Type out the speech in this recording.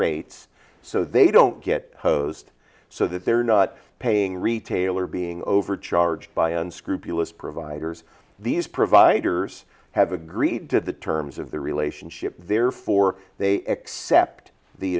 rates so they don't get hosed so that they're not paying retail or being overcharged by unscrupulous providers these providers have agreed to the terms of the relationship therefore they accept the